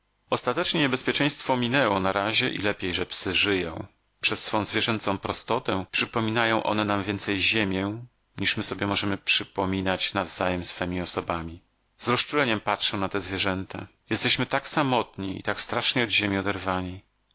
ostatecznie niebezpieczeństwo minęło na razie i lepiej że psy żyją przez swą zwierzęcą prostotę przypominają one nam więcej ziemię niż my sobie możemy przypominać nawzajem swemi osobami z rozczuleniem patrzę na te zwierzęta jesteśmy tak samotni i tak strasznie od ziemi oderwani